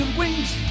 wings